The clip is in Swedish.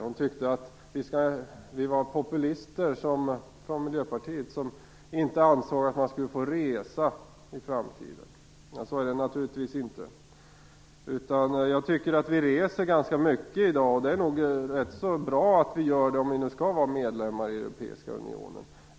Hon tyckte att vi var populister som inte ansåg att man skulle få resa i framtiden. Så är det naturligtvis inte. Vi reser ganska mycket i dag, och det är nog bra att göra det om vi skall vara medlemmar i den europeiska unionen.